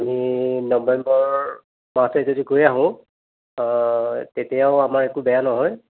আমি নবেম্বৰ যদি গৈ আহোঁ তেতিয়াও আমাৰ একো বেয়া নহয়